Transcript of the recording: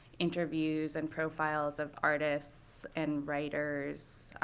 interviews, and profiles of artists and writers,